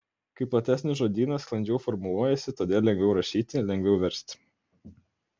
kai platesnis žodynas sklandžiau formuluojasi todėl lengviau rašyti lengviau versti